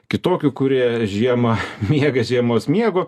kitokių kurie žiemą miega žiemos miegu